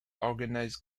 organized